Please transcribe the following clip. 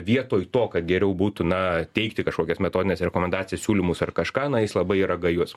vietoj to kad geriau būtų na teikti kažkokias metodines rekomendacijas siūlymus ar kažką na jis labai yra gajus